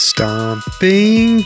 Stomping